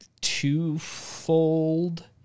twofold